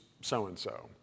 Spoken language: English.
so-and-so